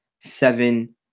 seven